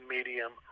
Medium